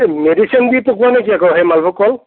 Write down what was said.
এই মেডিচিন দি পকোৱা নেকি আকৌ সেই মালভোগ কল